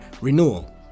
renewal